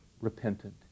repentant